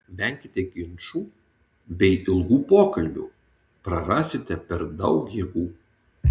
venkite ginčų bei ilgų pokalbių prarasite per daug jėgų